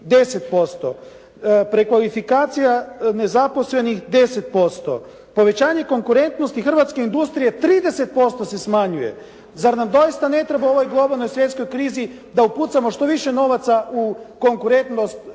10%, prekvalifikacija nezaposlenih 10%, povećanje konkurentnosti hrvatske industrije 30% se smanjuje. Zar nam doista ne treba u ovoj globalnoj svjetskoj krizi da upucamo što više novaca u konkurentnost